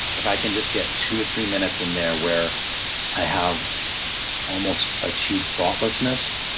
if i can just get two or three minutes in there where i have almost achieved thoughtlessness,